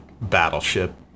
battleship